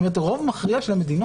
זאת אומרת, רוב מכריע של המדינות,